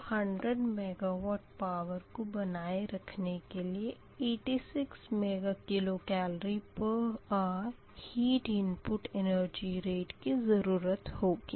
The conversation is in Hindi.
तो 100 MW पावर को बनाए रखने के लिए 86 MkCalhr heat input energy rate की ज़रूरत होगी